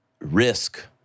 risk